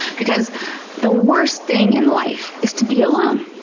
because the worst thing in life is to be alone.